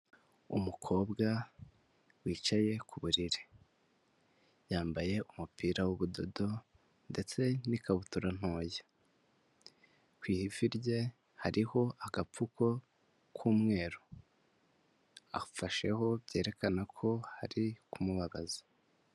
Umukobwa wicaye ku buriri, yambaye umupira w'ubudodo ndetse n'ikabutura ntoya, ku ivi rye hariho agapfuko k'umweru, afasheho byerekana ko hari kumubabaza.